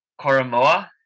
Koromoa